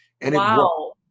Wow